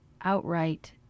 outright